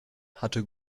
hatte